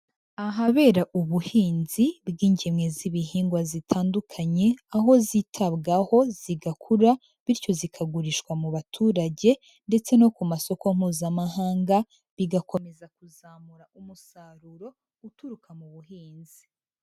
Ahabera ubuhinzi bw'ingemwe z'ibihingwa zitandukanye, aho zitabwaho zigakura bityo zikagurishwa mu baturage ndetse no ku masoko Mpuzamahanga, bigakomeza kuzamura umusaruro uturuka mu buhinzi.